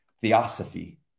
Theosophy